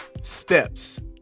steps